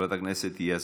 חברת הכנסת יזבק.